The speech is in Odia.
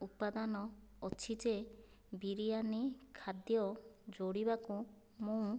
ଉପାଦାନ ଅଛି ଯେ ବିରିୟାନି ଖାଦ୍ୟ ଯୋଡ଼ିବାକୁ ମୁଁ